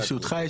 ברשותך,